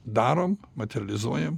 darom materializuojam